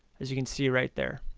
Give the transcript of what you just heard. as you can see right there.